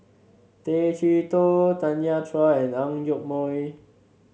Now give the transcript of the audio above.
Tay Chee Toh Tanya Chua and Ang Yoke Mooi